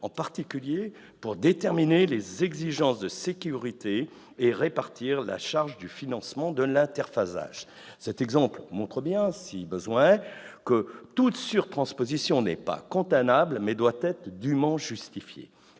en particulier pour déterminer les exigences de sécurité et répartir la charge du financement de l'interfaçage. Cet exemple montre, si besoin est, que toute surtransposition n'est pas condamnable, mais doit être dûment justifiée.